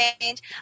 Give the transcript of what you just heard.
change